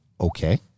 Okay